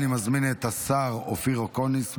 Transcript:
אני מזמין את השר אופיר אקוניס להציג,